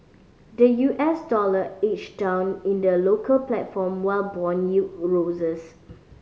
the U S dollar edged down in the local platform while bond yield roses